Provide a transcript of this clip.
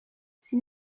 sin